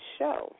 Show